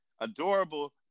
Adorable